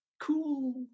cool